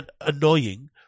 annoying